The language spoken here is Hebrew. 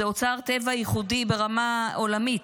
שהיא אוצר טבע ייחודי ברמה עולמית,